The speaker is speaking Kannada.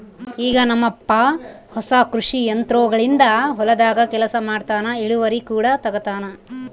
ಈಗ ನಮ್ಮಪ್ಪ ಹೊಸ ಕೃಷಿ ಯಂತ್ರೋಗಳಿಂದ ಹೊಲದಾಗ ಕೆಲಸ ಮಾಡ್ತನಾ, ಇಳಿವರಿ ಕೂಡ ತಂಗತಾನ